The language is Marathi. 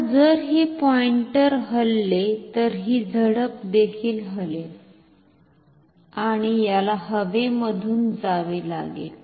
आता जर हे पॉईंटर हलले तर हि झडप देखील हलेल आणि याला हवेमधून जावे लागेल